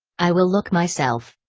i will look myself.